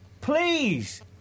Please